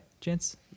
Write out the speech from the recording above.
Gents